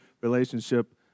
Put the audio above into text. relationship